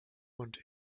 und